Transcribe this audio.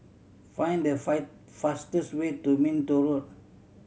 find the fastest way to Minto Road